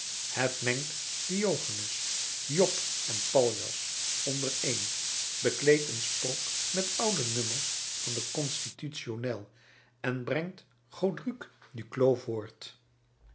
het mengt diogenes job en paljas ondereen bekleedt een spook met oude nummers van den constitutionnel en brengt chodruc duclos voort